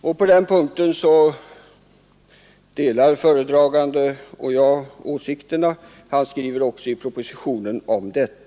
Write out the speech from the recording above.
Även på den punkten delar föredragande statsrådet i propositionen min åsikt.